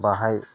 बाहाय